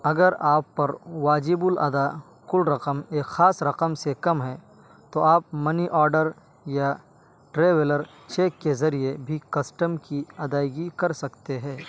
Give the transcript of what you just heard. اگر آپ پر واجب الاداء کل رقم ایک خاص رقم سے کم ہے تو آپ منی آڈر یا ٹریولر چیک کے ذریعے بھی کسٹم کی ادائیگی کر سکتے ہیں